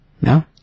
No